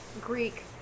Greek